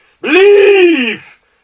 believe